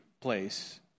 place